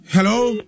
Hello